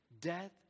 Death